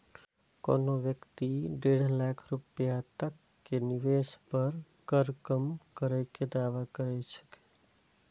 कोनो व्यक्ति डेढ़ लाख रुपैया तक के निवेश पर कर कम करै के दावा कैर सकैए